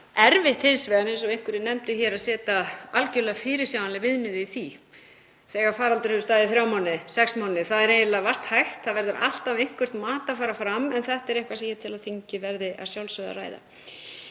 erfitt hins vegar, eins og einhverjir nefndu hér, að setja algjörlega fyrirsjáanleg viðmiðið í því þegar faraldur hefur staðið í þrjá mánuði, sex mánuði, það er eiginlega vart hægt. Það verður alltaf eitthvert mat að fara fram. En þetta er eitthvað sem ég tel að þingið verði að sjálfsögðu að ræða.